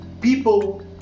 people